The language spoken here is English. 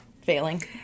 failing